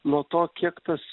nuo to kiek tas